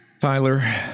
Tyler